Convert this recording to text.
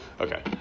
Okay